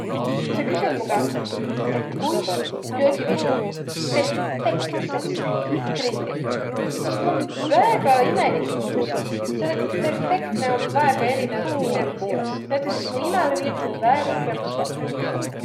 Ku sa küsüt mu käest, et kuis köögiviljo perfektses grilliq, sis tuu om väega imelik küsümüs, selle et perfektne om väega erinev inemiisi jaos. Näütüses mu imäle miildüseq väega krõmpsvaq köögiviläq.